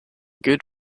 good